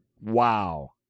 Wow